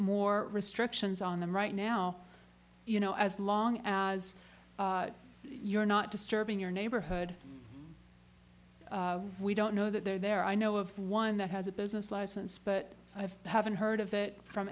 more restrictions on them right now you know as long as you're not disturbing your neighborhood we don't know that they're there i know of one that has a business license but i haven't heard of it from